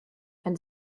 and